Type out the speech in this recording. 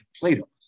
plato